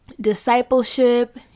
discipleship